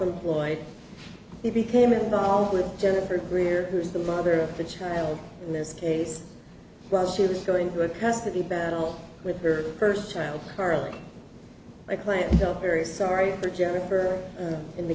employed he became involved with jennifer greer who is the mother of the child in this case while she was going through a custody battle with her first child carly i clamped down very sorry for jennifer in the